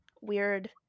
weird